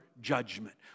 judgment